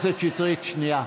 חברת הכנסת שטרית, קריאה שנייה.